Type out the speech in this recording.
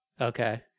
Okay